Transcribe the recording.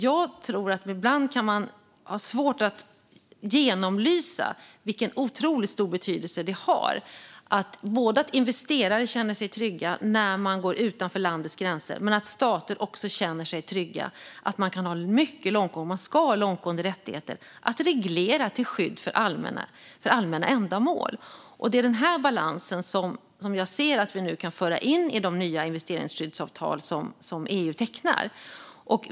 Jag tror att man ibland kan ha svårt att genomlysa vilken otroligt stor betydelse det har att investerare känner sig trygga när de går utanför landets gränser och att stater också känner sig trygga. Man ska ha långtgående rättigheter att reglera till skydd för allmänna ändamål. Det är den här balansen jag ser att vi nu kan föra in i de nya investeringsskyddsavtal som EU tecknar.